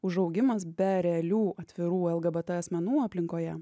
užaugimas be realių atvirų lgbt asmenų aplinkoje